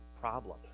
problem